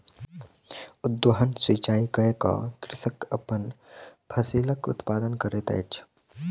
उद्वहन सिचाई कय के कृषक अपन फसिलक उत्पादन करैत अछि